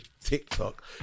tiktok